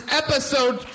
episode